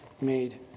made